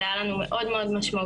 זה היה לנו מאוד מאוד משמעותי,